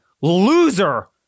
loser